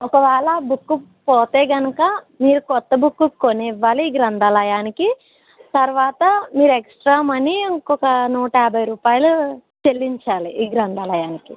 ఒకవేళ బుక్ పోతే కనుక మీరు కొత్త బుక్కు కొని ఇవ్వాలి ఈ గ్రంథాలయానికి తరువాత మీరు ఎక్సట్రా మనీ ఇంకొక నూట యాభై రూపాయలు చెల్లించాలి ఈ గ్రంథాలయానికి